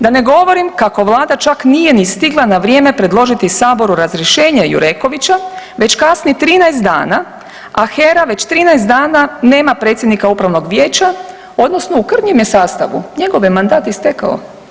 Da ne govorim kako Vlada čak nije ni stigla na vrijeme predložiti saboru razrješenje Jurekovića već kasni 13 dana, a HERA već 13 dana nema predsjednika upravnog vijeća odnosno u krnjem je sastavu, njegov je mandat istekao.